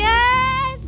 Yes